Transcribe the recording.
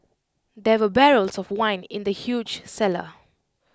there were barrels of wine in the huge cellar